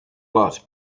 lot